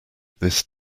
this